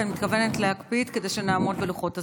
אני מתכוונת להקפיד כדי שנעמוד בלוחות הזמנים.